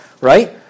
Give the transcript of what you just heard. right